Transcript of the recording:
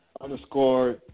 Underscore